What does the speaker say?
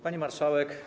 Pani Marszałek!